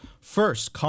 First